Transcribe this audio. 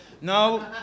no